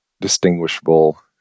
distinguishable